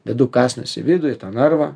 dedu kąsnius į vidų į tą narvą